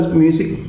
music